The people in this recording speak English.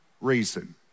reason